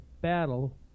battle